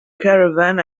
caravan